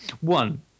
one